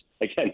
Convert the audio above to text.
again